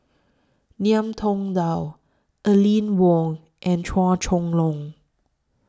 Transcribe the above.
Ngiam Tong Dow Aline Wong and Chua Chong Long